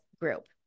group